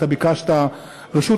אתה ביקשת רשות,